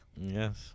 Yes